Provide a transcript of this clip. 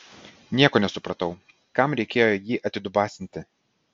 nieko nesupratau kam reikėjo jį atidubasinti